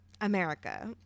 America